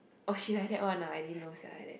oh she like that one ah I didn't know sia like that